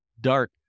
dark